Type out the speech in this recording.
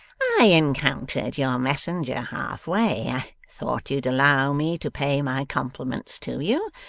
i encountered your messenger half-way. i thought you'd allow me to pay my compliments to you.